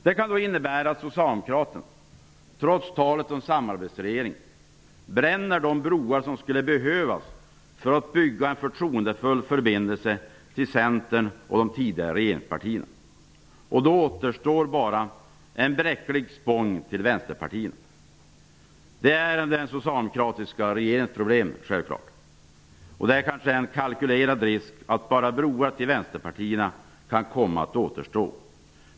Det kan innebära att socialdemokraterna, trots talet om samarbetsregering, därmed bränner de broar som skulle behövas för att bygga en förtroendefull förbindelse till Centern och de tidigare regeringspartierna. Då återstår bara en bräcklig spång till vänsterpartierna. Det är den socialdemokratiska regeringens problem. Det är kanske en kalkylerad risk att bara broar till vänsterpartierna kan komma att återstå.